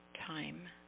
time